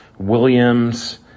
Williams